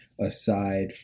aside